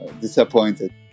disappointed